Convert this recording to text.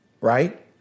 Right